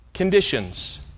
Conditions